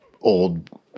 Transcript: old